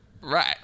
right